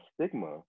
stigma